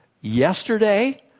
yesterday